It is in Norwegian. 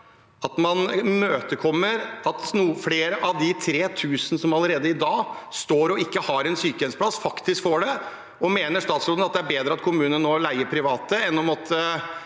at man imøtekommer at flere av de 3 000 som allerede i dag ikke har en sykehjemsplass, faktisk får det? Og mener statsråden at det er bedre at kommunene nå leier private enn at